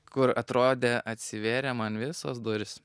kur atrodė atsivėrė man visos durys